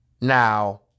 Now